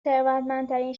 ثروتمندترین